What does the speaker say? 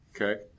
Okay